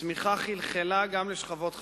הצמיחה חלחלה גם לשכבות החלשות.